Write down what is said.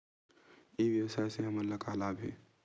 ई व्यवसाय से हमन ला का लाभ हे?